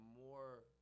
more